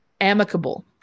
amicable